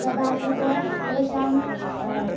कदाचित् तेषाम्